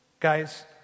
Guys